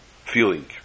feeling